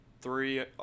three